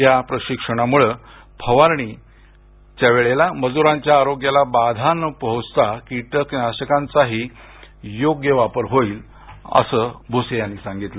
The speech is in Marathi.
या प्रशिक्षणामूळं फवारणी वेळेस मजुरांच्या आरोग्याला बाधा न पोहोचता कीटकनाशकांचाही योग्य वापर होईल असं भुसे यांनी सांगितलं